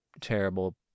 terrible